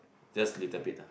just little bit lah